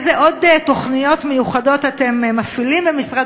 איזה עוד תוכניות מיוחדות אתם מפעילים במשרד